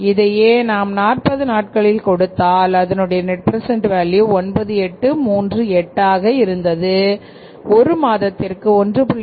இதையே நாம் நாற்பது நாட்களில் கொடுத்தால் அதனுடைய நெட் பிரசெண்ட் வேல்யூ 98 38 ஆக இருந்தது ஒரு மாதத்திற்கு 1